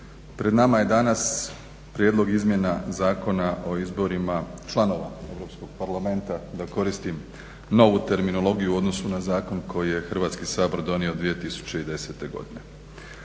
Pred nama je danas Prijedlog izmjena Zakona o izmjenama članova Europskog parlamenta, da koristim novu terminologiju u odnosu na zakon koji je Hrvatski sabor donio 2010. godine.